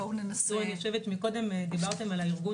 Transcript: בואו ננסה --- קודם דיברתם על הארגון